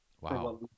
Wow